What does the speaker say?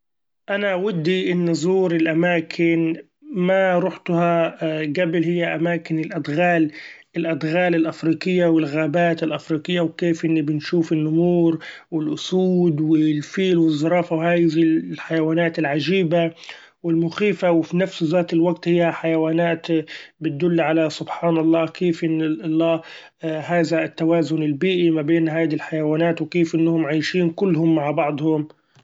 أنا ودي إني زور الاماكن ما روحتها قبل هي اماكن الادغال- الادغال الافريقية والغابات الأفريقية ، وكيف إن بنشوف النمور والاسود والفيل والزرافة وهيذي الحيوانات العچيبة والمخيفة ، وفنفس ذات الوقت هي حيوانات بتدل على سبحإن الله كيف إنه الله هذا التوازن البيئي ما بين هذي الحيوانات وكيف إنهم عايشين كلهم مع بعضهم.